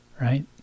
Right